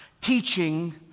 teaching